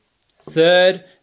Third